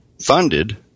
funded